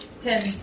Ten